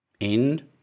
End